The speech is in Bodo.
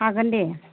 हागोन दे